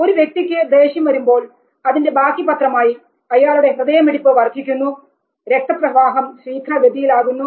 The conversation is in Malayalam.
ഒരു വ്യക്തിക്ക് ദേഷ്യം വരുമ്പോൾ അതിൻറെ ബാക്കിപത്രമായി അയാളുടെ ഹൃദയമിടിപ്പ് വർധിക്കുന്നു രക്തപ്രവാഹം ശീഘ്ര ഗതിയിലാകുന്നു